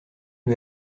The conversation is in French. lui